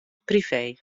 privé